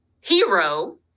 hero